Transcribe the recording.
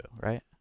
right